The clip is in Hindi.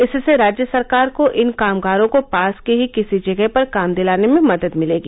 इससे राज्य सरकार को इन कामगारों को पास की ही किसी जगह पर काम दिलाने में मदद मिलेगी